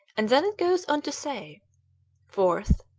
and then it goes on to say fourth.